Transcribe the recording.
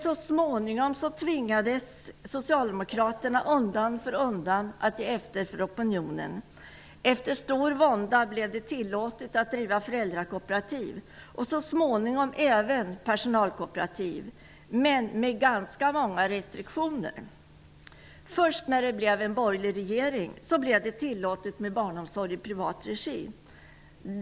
Så småningom tvingades Socialdemokraterna undan för undan att ge efter för opinionen. Efter stor vånda blev det tillåtet att driva föräldrakooperativ och så småningom även personalkooperativ, men med ganska många restriktioner. Först när det blev en borgerlig regering blev det tillåtet med barnomsorg i privat regi.